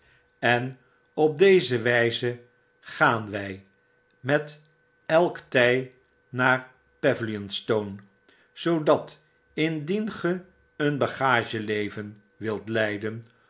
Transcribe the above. en op deze wijze gaan wij met elk tij naar pavilionstone zoodat indien ge fcen bagageleven wilt leiden